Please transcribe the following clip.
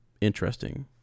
interesting